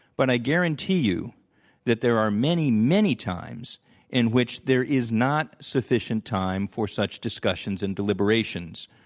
but i guarantee you that there are many, many times in which there is not sufficient time for such discussions and deliberations.